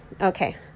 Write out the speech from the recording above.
Okay